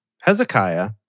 Hezekiah